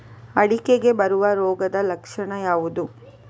ಅಡಿಕೆಗೆ ಬರುವ ರೋಗದ ಲಕ್ಷಣ ಯಾವುದು?